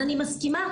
אני מסכימה.